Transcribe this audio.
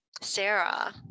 Sarah